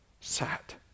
sat